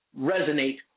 resonate